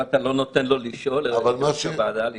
אתה לא נותן ליושב-ראש הוועדה לשאול?